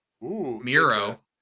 Miro